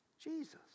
Jesus